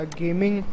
gaming